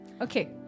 okay